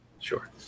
Sure